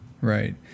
right